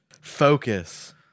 Focus